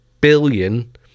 billion